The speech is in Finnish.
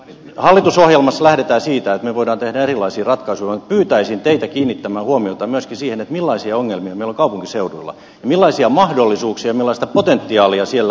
hallitusohjelmassa lähdetään siitä että me voimme tehdä erilaisia ratkaisuja ja pyytäisin teitä kiinnittämään huomiota myöskin siihen minkälaisia ongelmia meillä on kaupunkiseuduilla ja millaisia mahdollisuuksia ja millaista potentiaalia siellä on